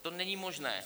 To není možné.